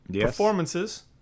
performances